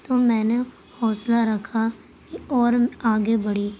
تو میں نے حوصلہ رکھا اور آگے بڑھی